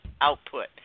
output